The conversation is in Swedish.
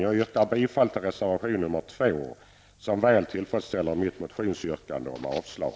Jag yrkar bifall till reservation nr 2, som väl tillfredsställer mitt motionsyrkande om avslag.